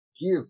give